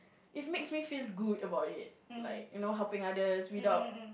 it makes me feel good about it like you know helping others without